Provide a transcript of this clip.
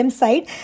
side